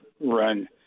run